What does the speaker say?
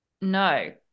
no